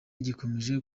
gikomeje